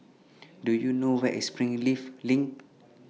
Do YOU know Where IS Springleaf LINK